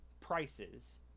prices